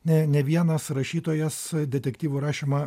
ne ne vienas rašytojas detektyvų rašymą